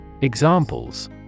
Examples